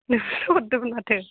नोंसो हरदोंमोन माथो